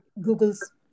Google's